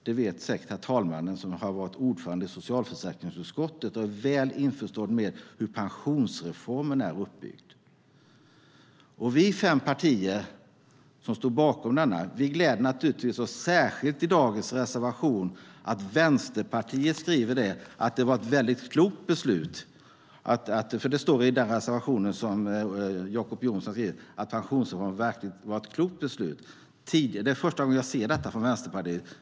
Det vet säkert herr talmannen, som har varit ordförande i socialförsäkringsutskottet och är väl införstådd med hur pensionsreformen är uppbyggd. Vi fem partier som stod bakom denna gläder oss naturligtvis särskilt åt att Vänsterpartiet i en reservation skriver att det var ett väldigt klokt beslut. Det står i Jacob Johnsons reservation att pensionsreformen var ett klokt beslut. Det är första gången jag ser detta från Vänsterpartiet.